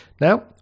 Now